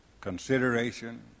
consideration